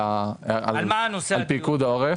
פיקוד העורף.